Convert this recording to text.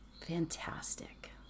Fantastic